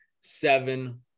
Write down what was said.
seven